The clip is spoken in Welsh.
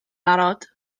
barod